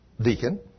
deacon